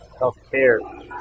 Healthcare